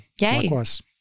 Likewise